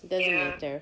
it doesn't matter